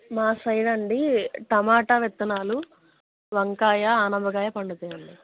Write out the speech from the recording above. మా సైడ్ అండి టమాటా విత్తనాలు వంకాయ అనపకాయ పండుతాయండి